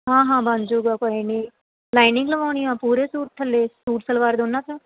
ਹਾਂ ਹਾਂ ਬਣ ਜੂਗਾ ਕੋਈ ਨਹੀਂ ਲਾਈਨਿੰਗ ਲਗਵਾਉਨੀ ਆ ਪੂਰੇ ਸੂਟ ਥੱਲੇ ਸੂਟ ਸਲਵਾਰ ਦੋਨਾਂ 'ਚ